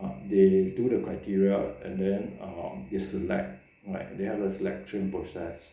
ah they do the criteria and then um they select like they have a selection process